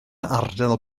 ardal